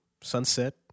Sunset